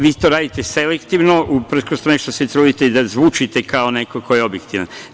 Vi to radite selektivno, uprkos tome što se trudite da zvučite kao neko ko je objektivan.